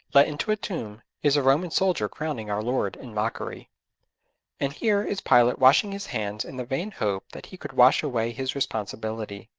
let into a tomb, is a roman soldier crowning our lord in mockery and here is pilate washing his hands in the vain hope that he could wash away his responsibility.